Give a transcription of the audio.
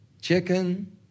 Chicken